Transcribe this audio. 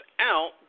out